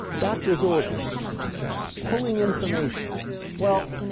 doctor's orders pulling information well,